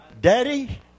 Daddy